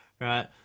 right